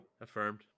Affirmed